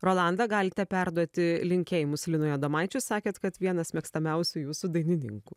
rolanda galite perduoti linkėjimus linui adomaičiui sakėt kad vienas mėgstamiausių jūsų dainininkų